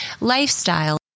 lifestyle